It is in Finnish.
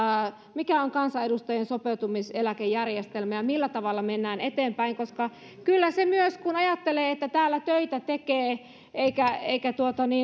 mikä on kansanedustajan sopeutumiseläkejärjestelmä ja millä tavalla mennään eteenpäin kyllä on se myös kun ajattelee että täällä töitä tekee eikä